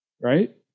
right